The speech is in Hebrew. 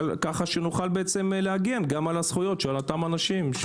כך שנוכל להגן גם על הזכויות של אותם אנשים.